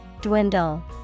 Dwindle